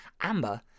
Amber